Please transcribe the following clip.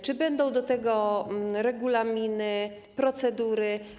Czy będą do tego regulaminy, procedury?